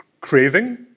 craving